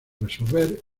resolver